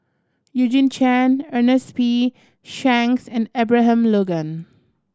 Eugene Chen Ernest P Shanks and Abraham Logan